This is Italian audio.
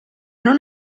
non